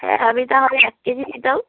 হ্যাঁ আমি তাহলে এক কেজি নিতাম